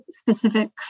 specific